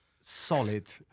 solid